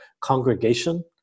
congregation